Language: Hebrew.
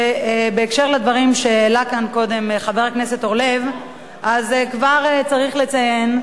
בקשר לדברים שהעלה כאן קודם חבר הכנסת אורלב צריך לציין,